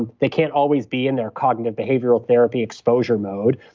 and they can't always be in their cognitive behavioral therapy exposure mode,